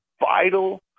vital